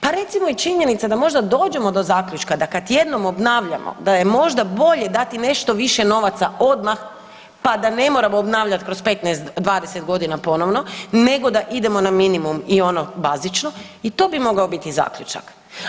Pa recimo i činjenica da možda dođemo do zaključka da kad jednom obnavljamo da je možda bolje dati nešto više novaca odmah pa da ne moramo obnavljati kroz 15-20 godina ponovno nego da idemo na minimum i ono bazično i to bi mogao biti zaključak.